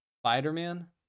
Spider-Man